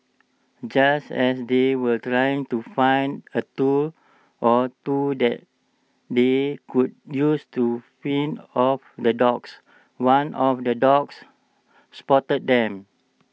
just as they were trying to find A tool or two that they could use to fend off the dogs one of the dogs spotted them